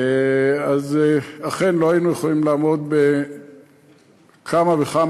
אז אכן לא היינו יכולים לעמוד בכמה וכמה